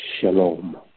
shalom